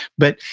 but,